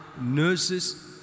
nurses